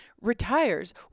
retires